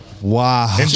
Wow